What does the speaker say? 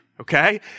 okay